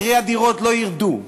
מחירי הדירות לא ירדו.